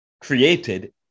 created